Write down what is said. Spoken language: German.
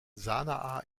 sanaa